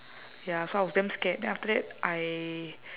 ya so I was damn scared then after that I